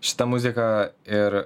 šita muzika ir